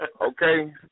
Okay